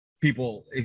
people –